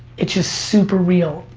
it's just super real.